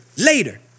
later